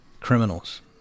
criminals